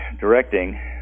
directing